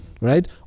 right